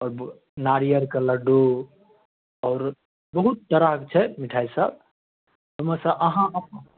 अब नारियल के लड्डू आओर बहुत तरहक छै मिठाइ सब ओहिमे सऽ आहाँ अपन